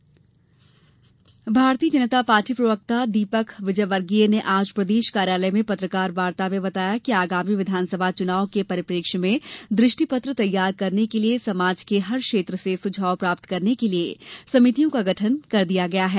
भाजपा दृष्टि पत्र भारतीय जनता पार्टी प्रवक्ता डॉ दीपक विजयवर्गीय ने आज प्रदेश कार्यालय में पत्रकार वार्ता में बताया कि आगामी विधानसभा चुनाव के परिप्रेक्ष्य में दृष्टि पत्र तैयार करने के लिए समाज के हर क्षेत्र से सुझाव प्राप्त करने के लिए समितियों का गठन कर दिया गया है